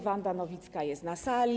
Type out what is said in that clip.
Wanda Nowicka jest na sali.